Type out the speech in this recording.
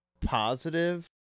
positive